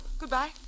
Goodbye